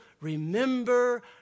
remember